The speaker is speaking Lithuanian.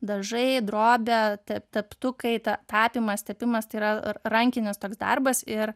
dažai drobė te teptukai tapymas tepimas tai yra rankinis toks darbas ir